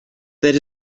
that